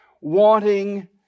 wanting